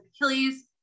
Achilles